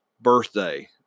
birthday